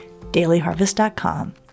dailyharvest.com